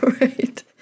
right